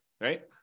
right